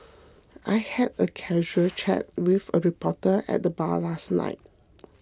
I had a casual chat with a reporter at the bar last night